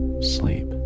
sleep